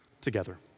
together